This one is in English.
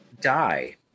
die